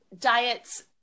diets